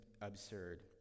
absurd